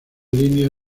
línea